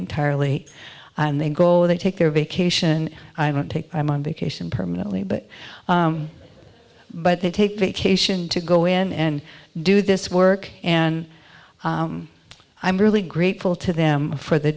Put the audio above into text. entirely and they go they take their vacation i don't take i'm on vacation permanently but but they take vacation to go in and do this work and i'm really grateful to them for the